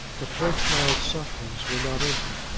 the poor child's sufferings were not ended.